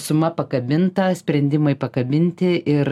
suma pakabinta sprendimai pakabinti ir